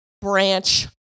branch